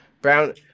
Brown